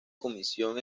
comisión